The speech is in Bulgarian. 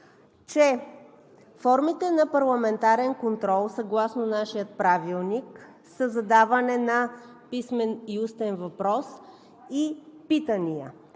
че формите на парламентарен контрол, съгласно нашия правилник, са задаване на писмен и устен въпрос и питания.